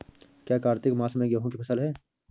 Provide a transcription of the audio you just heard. क्या कार्तिक मास में गेहु की फ़सल है?